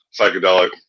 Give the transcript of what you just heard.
psychedelic